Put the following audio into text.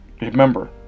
Remember